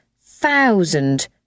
thousand